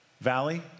valley